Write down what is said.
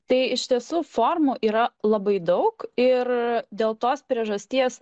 tai iš tiesų formų yra labai daug ir dėl tos priežasties